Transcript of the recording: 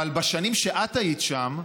אבל בשנים שאת היית שם,